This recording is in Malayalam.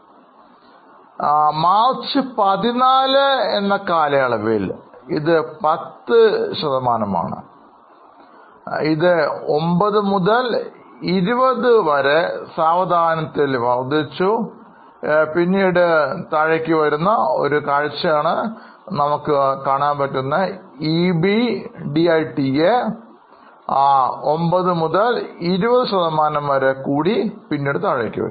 അതിനാൽ മാർച്ച് 14 എന്ന് കാലയളവിൽ ഇത് 10 ശതമാനം ആണ് ഇത് ഒമ്പത് മുതൽ 20 വരെ സാവധാനത്തിൽ വർദ്ധിച്ചു പിന്നീട് പതിയെ കുറയുന്നു